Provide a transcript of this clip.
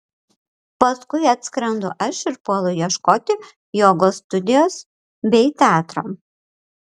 paskui atskrendu aš ir puolu ieškoti jogos studijos bei teatro